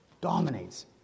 Dominates